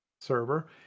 server